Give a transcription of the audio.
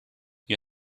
you